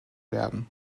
werden